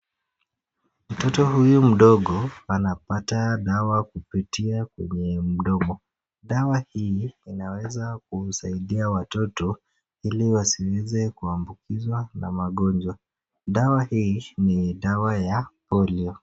Mtoto huyu mdogo anapata dawa kupitia kwenye mdomo. Dawa hii inaweza kuwasaidia watoto ili wasiweze kuambukizwa na magonjwa. Dawa hii ni dawa ya polio.